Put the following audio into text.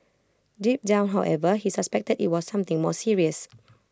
deep down however he suspected IT was something more serious